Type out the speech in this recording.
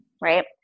right